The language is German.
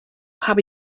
habe